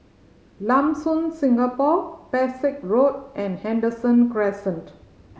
Lam Soon Singapore Pesek Road and Henderson Crescent